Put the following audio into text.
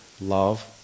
love